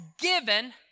given